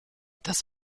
das